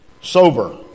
sober